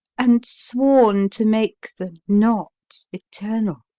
and sworn to make the not eternal.